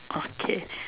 okay